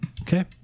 Okay